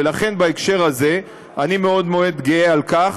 ולכן, בהקשר הזה אני מאוד גאה על כך